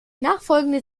nachfolgende